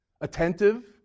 Attentive